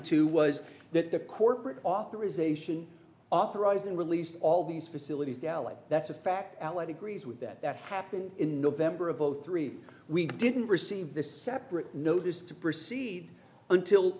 to was that the corporate authorization authorized and released all these facilities galley that's a fact allied agrees with that that happened in november of zero three we didn't receive this separate notice to proceed until